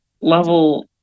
level